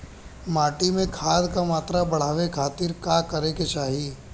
माटी में खाद क मात्रा बढ़ावे खातिर का करे के चाहीं?